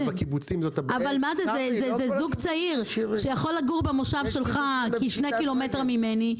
זה זוג צעיר שיכול לגור במושב שלך כ-2 ק"מ ממני.